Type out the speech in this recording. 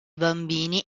bambini